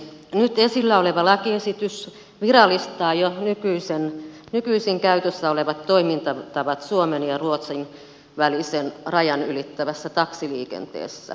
nyt esillä oleva lakiesitys virallistaa jo nykyisin käytössä olevat toimintatavat suomen ja ruotsin välisen rajan ylittävässä taksiliikenteessä